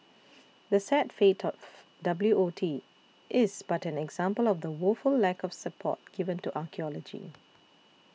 the sad fate of W O T is but an example of the woeful lack of support given to archaeology